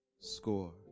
Score